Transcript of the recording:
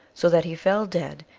so that he fell dead,